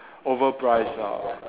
overpriced lah